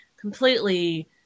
completely